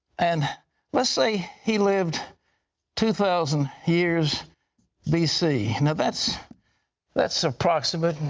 and let's say he lived two thousand years bc. now that's that's approximate.